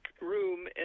room